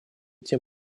тем